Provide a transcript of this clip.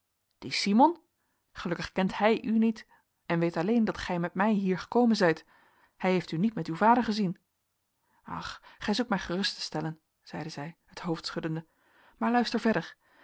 dien simon gelukkig kent hij u niet en weet alleen dat gij met mij hier gekomen zijt hij heeft u niet met uw vader gezien ach gij zoekt mij gerust te stellen zeide zij het hoofd schuddende maar luister verder